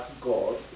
God